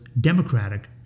Democratic